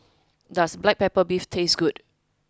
does black pepper beef taste good